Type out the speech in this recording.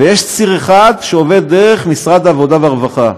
ויש ציר אחד שעובד דרך משרד העבודה והרווחה.